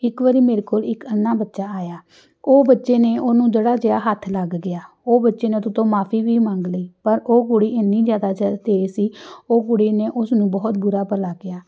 ਇੱਕ ਵਾਰੀ ਮੇਰੇ ਕੋਲ ਇੱਕ ਅੰਨਾ ਬੱਚਾ ਆਇਆ ਉਹ ਬੱਚੇ ਨੇ ਉਹਨੂੰ ਜਿਹੜਾ ਜਿਹਾ ਹੱਥ ਲੱਗ ਗਿਆ ਉਹ ਬੱਚੇ ਨੇ ਤਾਂ ਉਹਦੇ ਤੋਂ ਮਾਫੀ ਵੀ ਮੰਗ ਲਈ ਪਰ ਉਹ ਕੁੜੀ ਇੰਨੀ ਜ਼ਿਆਦਾ ਸ ਤੇਜ਼ ਸੀ ਉਹ ਕੁੜੀ ਨੇ ਉਸਨੂੰ ਬਹੁਤ ਬੁਰਾ ਭਲਾ ਕਿਹਾ